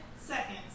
seconds